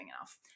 enough